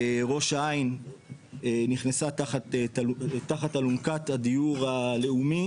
ראש העין נכנסה תחת אלונקת הדיור הלאומי